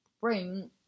bring